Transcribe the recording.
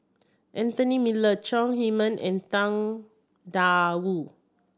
Anthony Miller Chong Heman and Tang Da Wu